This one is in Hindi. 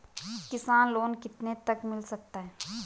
किसान लोंन कितने तक मिल सकता है?